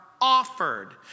offered